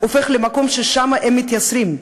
הופך למקום ששם הם מתייסרים.